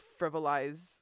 frivolize